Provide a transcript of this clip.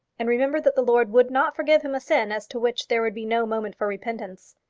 and remembered that the lord would not forgive him a sin as to which there would be no moment for repentance.